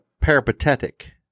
peripatetic